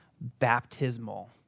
baptismal